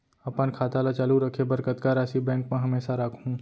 अपन खाता ल चालू रखे बर कतका राशि बैंक म हमेशा राखहूँ?